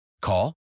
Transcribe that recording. Call